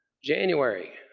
january,